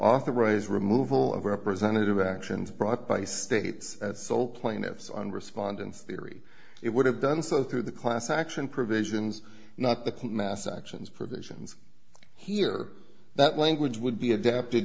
authorize removal of representative actions brought by states and sole plaintiffs on respondents theory it would have done so through the class action provisions not the mass actions provisions here that language would be adapted